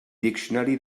diccionari